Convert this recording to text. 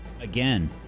Again